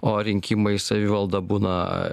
o rinkimai į savivaldą būna